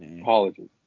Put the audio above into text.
Apologies